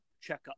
Checkup